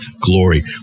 glory